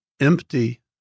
empty